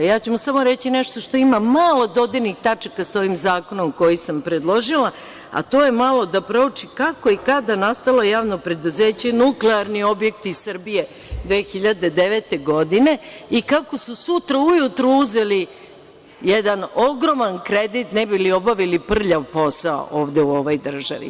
Ja ću mu samo reći nešto što ima malo dodirnih tačaka sa ovim zakonom koji sam predložila, a to je malo da prouči kako je i kada nastalo Javno preduzeće „Nuklearni objekti Srbije“ 2009. godine i kako su sutra ujutru uzeli jedan ogroman kredit, ne bi li obavili prljav posao ovde u ovoj državi.